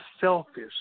selfish